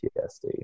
PTSD